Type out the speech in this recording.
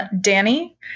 Danny